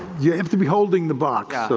you have to be holding the box. so